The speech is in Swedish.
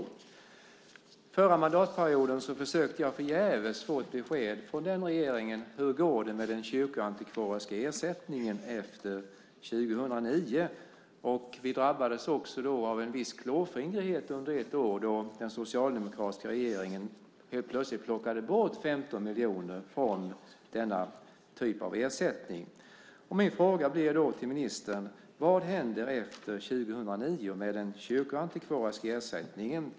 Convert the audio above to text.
Den förra mandatperioden försökte jag förgäves få ett besked från den regeringen om hur det går med den kyrkoantikvariska ersättningen efter 2009. Vi drabbades också av en viss klåfingrighet under ett år då den socialdemokratiska regeringen helt plötsligt plockade bort 15 miljoner från den typen av ersättning. Min fråga till ministern blir: Vad händer efter 2009 med den kyrkoantikvariska ersättningen?